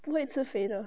不会吃肥的